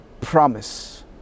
promise